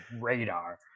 radar